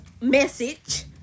message